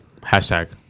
Hashtag